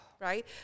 right